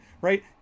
right